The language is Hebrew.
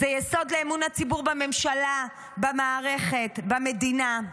זה יסוד לאמון הציבור בממשלה, במערכת, במדינה.